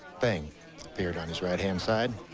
thing appeared on his right-hand side.